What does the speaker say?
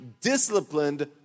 disciplined